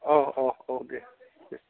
औ औ औ दे दे